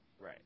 Right